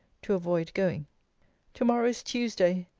to avoid going to-morrow is tuesday!